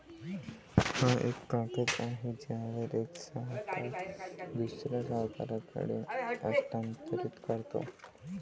हा एक कागद आहे ज्यावर एक सावकार दुसऱ्या सावकाराकडे हस्तांतरित करतो